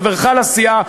חברך לסיעה,